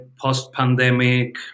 post-pandemic